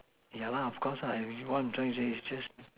yeah lah of course everyone joins it is just